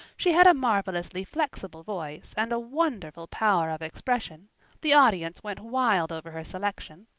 she had a marvelously flexible voice and wonderful power of expression the audience went wild over her selection.